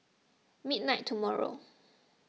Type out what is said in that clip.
midnight tomorrow